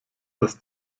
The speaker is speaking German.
dass